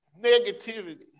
negativity